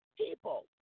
people